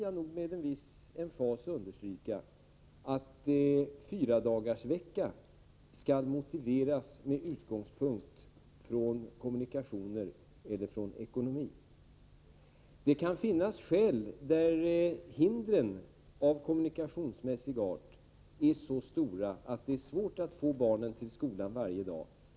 Jag vill med en viss emfas understryka att jag inte tycker att fyradagarsvecka skall motiveras med utgångspunkt i kommunikationer eller ekonomi. Det kan finnas andra skäl, såsom att hindren av kommunikationsmässig art är så stora att det är svårt att få barnen till skolan varje dag.